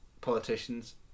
politicians